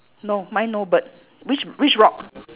no mine no bird which which rock